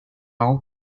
all